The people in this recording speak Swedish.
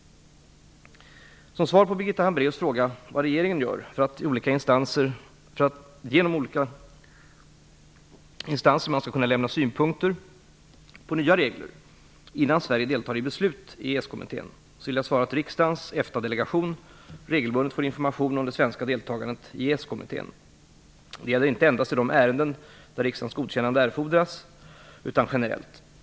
Som svar på Birgitta Hambraeus fråga vad regeringen gör för att olika instanser skall kunna lämna synpunkter på nya regler innan Sverige deltar i beslut i EES-kommittén vill jag svara att riksdagens EFTA-delegation regelbundet får information om det svenska deltagandet i EES-kommittén. Detta gäller inte endast i de ärenden där riksdagens godkännande erfordras, utan generellt.